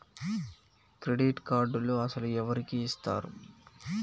Credit కార్డులు అసలు ఎవరికి ఇస్తారు?